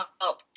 help